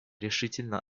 решительно